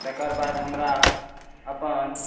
तकर बाद हमरा अपन